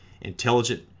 intelligent